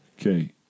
Okay